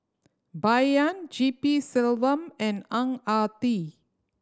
Bai Yan G P Selvam and Ang Ah Tee